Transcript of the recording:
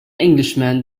englishman